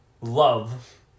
love